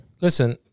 listen